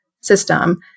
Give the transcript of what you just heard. system